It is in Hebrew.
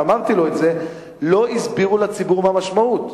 ואמרתי לו את זה לא הסבירו לציבור מה המשמעות.